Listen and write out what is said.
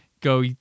go